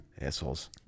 Assholes